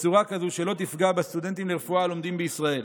בצורה כזו שלא תפגע בסטודנטים לרפואה הלומדים בארץ.